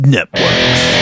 Networks